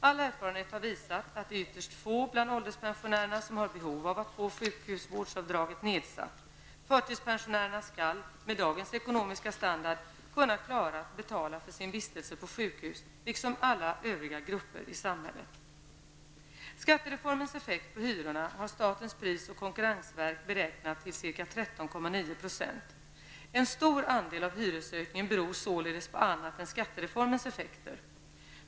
All erfarenhet har visat att det är ytterst få bland ålderspensionärerna som har behov av att få sjukhusvårdsavdraget nedsatt. Förtidspensionärerna skall, med dagens ekonomiska standard, kunna klara att betala för sin vistelse på sjukhus liksom alla övriga grupper i samhället. Skattereformens effekt på hyrorna har statens prisoch konkurrensverk SPK, beräknat till ca 13,9 %. En stor andel av hyreshöjningen beror således på annat än skattereformens effekter.